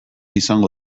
izango